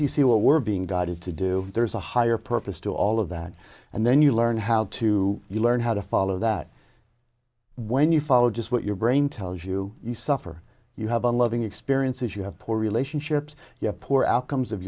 what we're being denied to do there's a higher purpose to all of that and then you learn how to you learn how to follow that when you follow just what your brain tells you you suffer you have unloving experiences you have poor relationships you have poor outcomes of